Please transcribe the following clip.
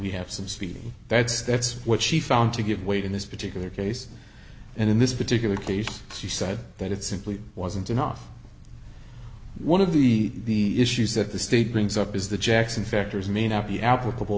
we have some speeding that's that's what she found to give weight in this particular case and in this particular case she said that it simply wasn't enough one of the issues that the state brings up is the jackson factors may not be applicable